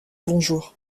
bonjour